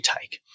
take